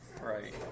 Right